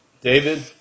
David